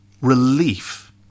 relief